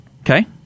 Okay